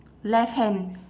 left hand